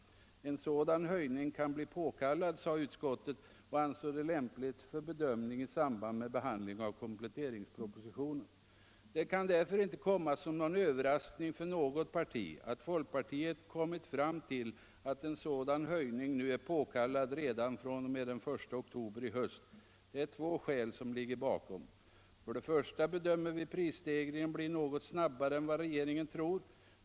En sådan höjning kan bli påkallad, sade utskottet, och ansåg det lämpligt för bedömning i samband med behandling av kompletteringspropositionen. Det kan mot denna bakgrund inte komma som en överraskning för något parti att folkpartiet kommit fram till att en sådan höjning nu är påkallad redan fr.o.m. den 1 oktober i höst. Det är två skäl som ligger bakom. För det första bedömer vi prisstegringen bli något snabbare än vad regeringen tror.